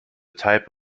type